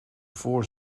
voor